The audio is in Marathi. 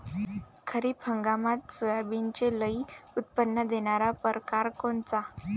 खरीप हंगामात सोयाबीनचे लई उत्पन्न देणारा परकार कोनचा?